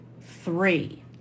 three